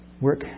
work